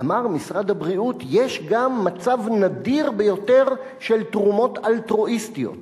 אמר משרד הבריאות שיש גם מצב נדיר ביותר של תרומות אלטרואיסטית.